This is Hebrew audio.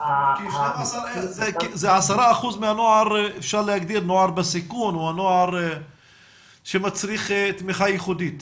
כי 12,000 זה 10% מהנוער בסיכון או הנוער שמצריך תמיכה ייחודית.